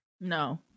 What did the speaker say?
No